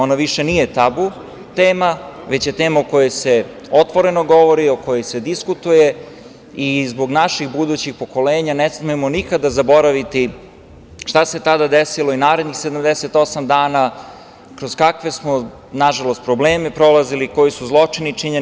Ona više nije tabu tema, već je tema o kojoj se otvoreno govori, o kojoj se diskutuje i zbog naših budućih pokolenja ne smemo nikada da zaboraviti šta se tada desilo i narednih 78 dana, kroz kakve smo nažalost probleme prolazili, koji su zločini činjeni.